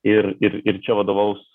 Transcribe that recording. ir ir ir čia vadovaus